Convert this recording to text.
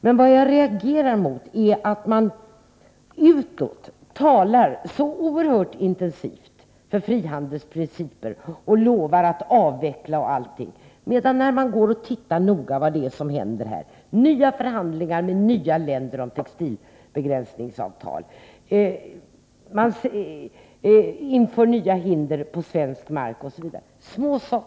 Men vad jag reagerar mot är att man utåt talar så oerhört intensivt för frihandelsprinciper och lovar att avveckla hinder osv., samtidigt som det förekommer nya förhandlingar med nya länder om textilbegränsningsavtal. Man inför nya hinder på svensk mark, osv.